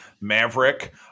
Maverick